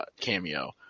cameo